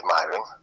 admiring